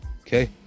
okay